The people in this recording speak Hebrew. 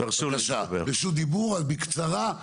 בבקשה רשות דיבור אבל בקצרה.